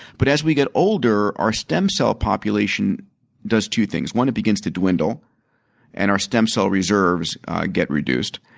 but, as we get older, older, our stem cell population does two things. one. it begins to dwindle and our stem cell reserves get reduces.